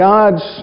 God's